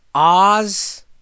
Oz